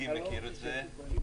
את זה,